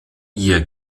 ihr